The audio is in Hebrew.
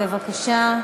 בבקשה,